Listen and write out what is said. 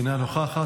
אינה נוכחת.